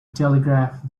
telegraph